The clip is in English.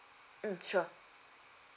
mm sure